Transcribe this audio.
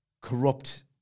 corrupt